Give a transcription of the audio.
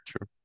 Sure